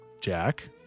Jack